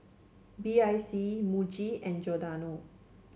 B I C Muji and Giordano